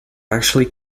actually